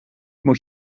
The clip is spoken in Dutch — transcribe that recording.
moet